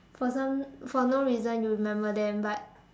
for some for no reason you remember them but